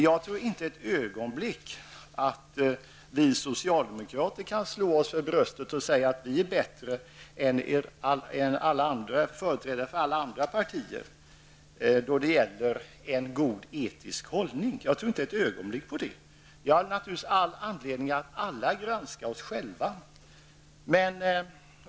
Jag tror inte ett ögonblick att vi socialdemokrater kan slå oss för bröstet och säga att vi är bättre än företrädare för alla andra partier när det gäller en god etisk hållning. Vi har alla anledning att granska oss själva.